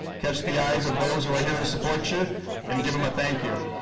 catch the eyes of those who are here to support you and give em a thank you.